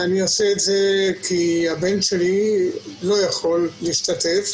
אני עושה את זה כי הבן שלי לא יכול להשתתף.